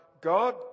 God